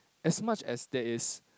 as much as there is